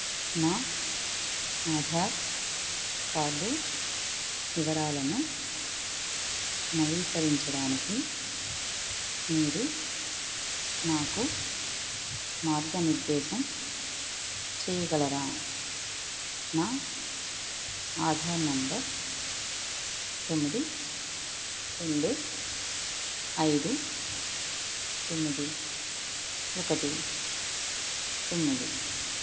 నా ఆధార్ కార్డు వివరాలను నవీకరించడానికి మీరు నాకు మార్గనిర్దేశం చెయ్యగలరా నా ఆధార్ నెంబర్ తొమ్మిది రెండు ఐదు తొమ్మిది ఒకటి తొమ్మిది